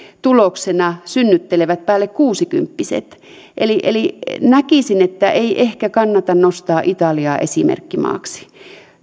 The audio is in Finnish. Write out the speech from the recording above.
tuloksena synnyttelevät päälle kuusikymppiset eli eli näkisin että ei ehkä kannata nostaa italiaa esimerkkimaaksi